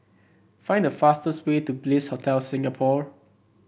find the fastest way to Bliss Hotel Singapore